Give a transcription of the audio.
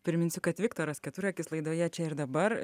priminsiu kad viktoras keturakis laidoje čia ir dabar